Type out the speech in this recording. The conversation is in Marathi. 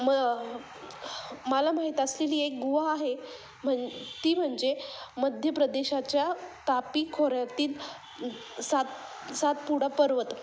म मला माहीत असलेली एक गुहा आहे म्हन ती म्हणजे मध्य प्रदेशाच्या तापी खोऱ्यातील सात सातपुडा पर्वत